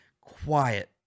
quiet